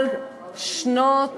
על אלפי שנות